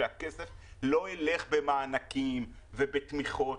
שהכסף לא ילך במענקים ובתמיכות,